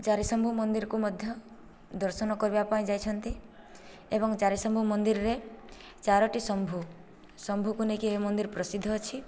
ଚାରିଶମ୍ଭୁ ମନ୍ଦିରକୁ ମଧ୍ୟ ଦର୍ଶନ କରିବାପାଇଁ ଯାଇଛନ୍ତି ଏବଂ ଚାରିଶମ୍ଭୁ ମନ୍ଦିରରେ ଚାରୋଟି ଶମ୍ଭୁ ଶମ୍ଭୁକୁ ନେଇକି ଏ ମନ୍ଦିର ପ୍ରସିଦ୍ଧ ଅଛି